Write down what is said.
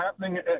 happening